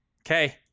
Okay